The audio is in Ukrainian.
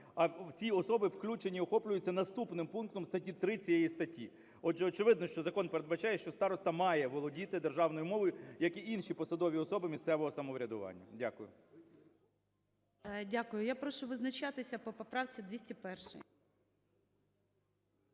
А ці особи включені, охоплюються наступним пунктом статті 3 цієї статті. Отже, очевидно, що закон передбачає, що староста має володіти державною мовою, як і інші посадові особи місцевого самоврядування. Дякую. ГОЛОВУЮЧИЙ. Дякую. Я прошу визначатися по поправці 201.